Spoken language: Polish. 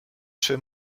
czy